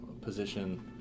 position